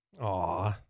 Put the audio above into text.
Aw